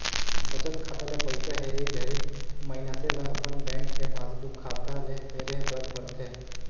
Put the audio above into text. बचत खाता ले पइसा हेरे घरी मइनसे ल अपन बेंक के पासबुक खाता ले हेरे बर परथे